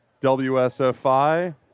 WSFI